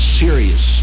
serious